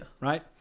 Right